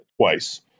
twice